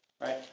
right